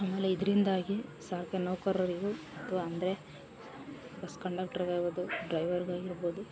ಆಮೇಲೆ ಇದರಿಂದಾಗಿ ಸರ್ಕಾ ನೌಕರರಿಗು ಅಥ್ವ ಅಂದರೆ ಬಸ್ ಕಂಡಕ್ಟ್ರ್ ಆಗ್ಬೋದು ಡ್ರೈವರ್ ಆಗಿರ್ಬೋದು